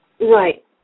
Right